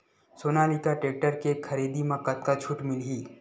Sonalika tractor के खरीदी मा कतका छूट मीलही?